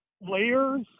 layers